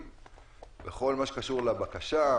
המכון לדמוקרטיה,